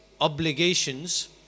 obligations